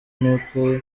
n’uko